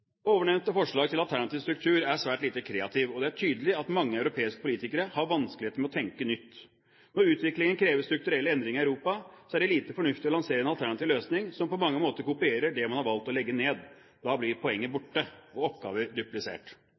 forslag til alternativ struktur er svært lite kreativt, og det er tydelig at mange europeiske politikere har vanskeligheter med å tenke nytt. Når utviklingen krever strukturelle endringer i Europa, er det lite fornuftig å lansere en alternativ løsning som på mange måter kopierer det man har valgt å legge ned. Da blir poenget borte, og oppgaver duplisert.